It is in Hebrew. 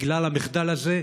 בגלל המחדל הזה,